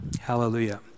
Hallelujah